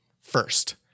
first